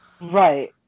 right